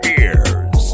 ears